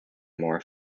more